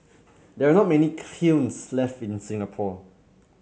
there are not many kilns left in Singapore